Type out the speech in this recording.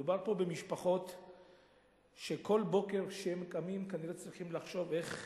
מדובר פה במשפחות שכל בוקר כשהם קמים כנראה צריכים לחשוב איך